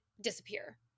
disappear